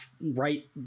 right